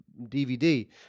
DVD